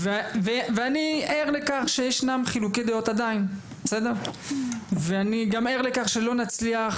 ואני ער לכך שישנם חילוקי דעות עדיין ואני גם ער לכך שאנחנו לא נצליח